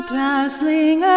dazzling